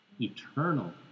eternal